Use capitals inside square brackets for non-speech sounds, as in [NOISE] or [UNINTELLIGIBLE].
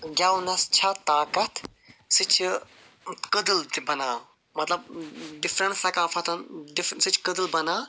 گیٚونس چھا طاقت سُہ چھُ کدٕل تہِ بنان مطلب ڈفریٚنٛٹ ثقافتن [UNINTELLIGIBLE] سُہ چھِ کدٕل بنان